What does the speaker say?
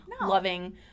Loving